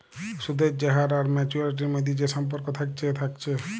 সুদের যে হার আর মাচুয়ারিটির মধ্যে যে সম্পর্ক থাকছে থাকছে